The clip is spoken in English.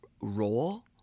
role